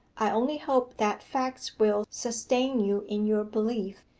i only hope that facts will sustain you in your belief.